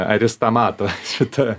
ar jis tą mato šitą